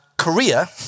korea